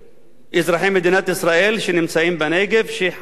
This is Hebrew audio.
אזרחי מדינת ישראל, שנמצאים בנגב, שחיים בתוך